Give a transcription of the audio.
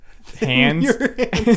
Hands